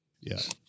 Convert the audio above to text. Yes